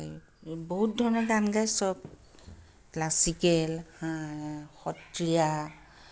এই বহুত ধৰণৰ গান গায় চব ক্লাছিকেল সত্ৰীয়া